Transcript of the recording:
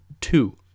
two